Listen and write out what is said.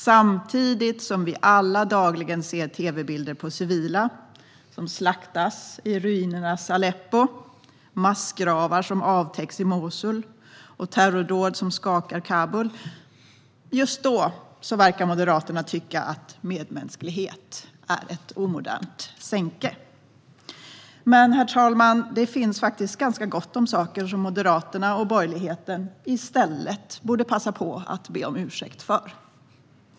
Samtidigt som vi alla dagligen ser tv-bilder på civila som slaktas i ruinernas Aleppo, massgravar som avtäcks i Mosul och terrordåd som skakar Kabul verkar Moderaterna tycka att medmänsklighet är ett omodernt sänke. Men, herr talman, det finns gott om saker som Moderaterna och borgerligheten i stället borde passa på att be om ursäkt för.